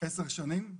עשר שנים,